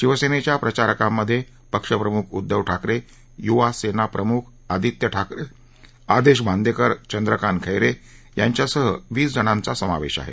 शिवसेनेच्या प्रचारकांमध्ये पक्षप्रमुख उद्दव ठाकरे युवा सेना प्रमुख आदित्य ठाकरे आदेश बादेकर चंद्रकांत खेरे यांच्यासह वीस जणांचा समावेश आहे